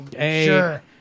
Sure